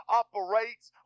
operates